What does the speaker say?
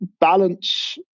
balance